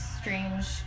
strange